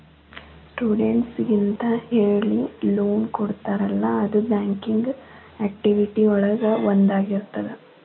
ಸ್ಟೂಡೆಂಟ್ಸಿಗೆಂತ ಹೇಳಿ ಲೋನ್ ಕೊಡ್ತಾರಲ್ಲ ಅದು ಬ್ಯಾಂಕಿಂಗ್ ಆಕ್ಟಿವಿಟಿ ಒಳಗ ಒಂದಾಗಿರ್ತದ